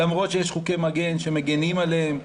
למרות שיש חוקי מגן שמגנים עליהם,